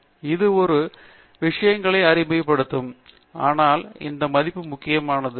இது ஒரு கொத்து விஷயங்களை அறிக்கையிடும் ஆனால் இந்த மதிப்பு முக்கியமானது என்னவென்றால்